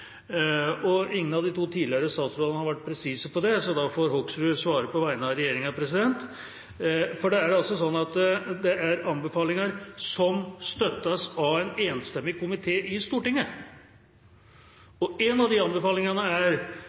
Ingen av de to tidligere statsrådene har vært presise på det, så da får statsråd Hoksrud svare på vegne av regjeringa. Det er anbefalinger som støttes av en enstemmig komité i Stortinget. Og en av de anbefalingene er